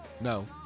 No